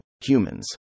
Humans